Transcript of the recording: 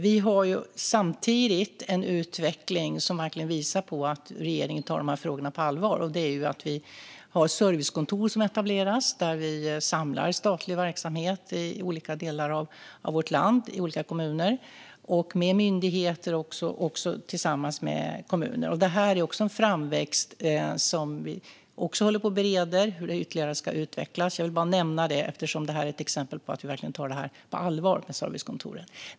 Vi har samtidigt en utveckling som verkligen visar på att regeringen tar de här frågorna på allvar, nämligen att vi etablerar servicekontor där vi samlar statlig verksamhet i olika delar av vårt land, i olika kommuner och med myndigheter tillsammans med kommuner. Det är en framväxt som vi också håller på att bereda hur den ytterligare ska utvecklas. Jag vill bara nämna servicekontoren, eftersom det är ett exempel på att vi verkligen tar detta på allvar.